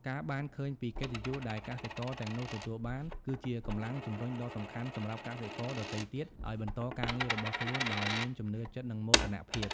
ការបានឃើញពីកិត្តិយសដែលកសិករទាំងនោះទទួលបាន គឺជាកម្លាំងជំរុញដ៏សំខាន់សម្រាប់កសិករដទៃទៀតឲ្យបន្តការងាររបស់ខ្លួនដោយមានជំនឿចិត្ត និងមោទនភាព។